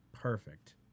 perfect